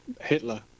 Hitler